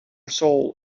soul